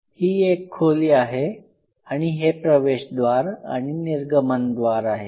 ही एक खोली आहे आणि हे प्रवेशद्वार आणि निर्गमनद्वार आहे